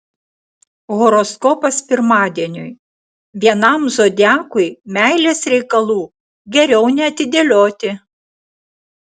horoskopas pirmadieniui vienam zodiakui meilės reikalų geriau neatidėlioti